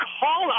call